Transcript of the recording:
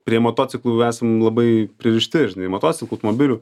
prie motociklų esam labai pririšti žinai motociklų automobilių